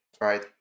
right